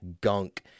gunk